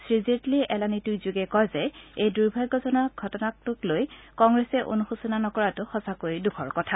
শ্ৰীজেট্লীয়ে এলানি টুইটযোগে কয় যে এই দুৰ্ভাগ্যজনক ঘটনালৈ কংগ্ৰেছে অনুশোচনা নকৰাটো সঁচাকৈয়ে দুখৰ কথা